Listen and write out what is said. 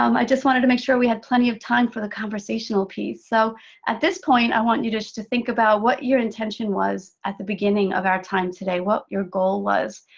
um i just wanted to make sure we had plenty of time for the conversational piece. so at this point, i want you just to think about what your intention was at the beginning of our time today, what your goal was,